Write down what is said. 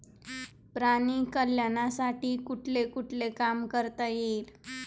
प्राणी कल्याणासाठी कुठले कुठले काम करता येईल?